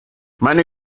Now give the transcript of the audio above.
meine